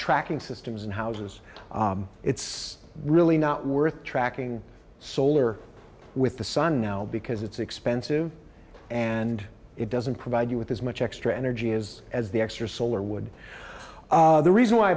tracking systems and houses it's really not worth tracking solar with the sun now because it's expensive and it doesn't provide you with as much extra energy is as the x or solar would the reason why i